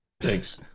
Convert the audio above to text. Thanks